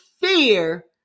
fear